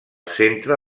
centre